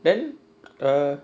then err